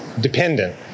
dependent